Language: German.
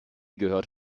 gehört